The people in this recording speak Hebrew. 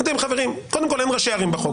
אמרתי, חברים, קודם כל, אין ראשי ערים בחוק.